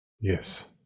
Yes